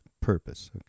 purpose